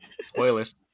Spoilers